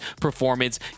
performance